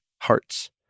hearts